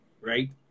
right